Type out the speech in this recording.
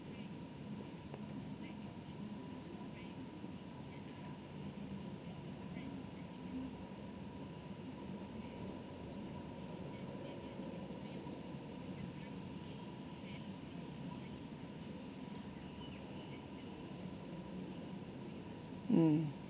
mm